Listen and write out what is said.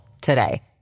today